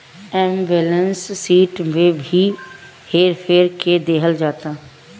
एमे balance sheet में भी हेर फेर क देहल जाता